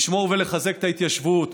לשמור ולחזק את ההתיישבות,